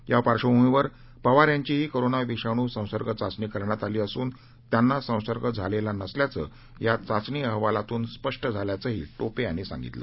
या पार्श्वभूमीवर पवार यांचीही कोरोना विषाणू संसर्ग चाचणी करण्यात आली असून त्यांना संसर्ग झालेला नसल्याचं या चाचणी अहवालातून स्पष्ट झालं असल्याचं टोपे यांनी सांगितलं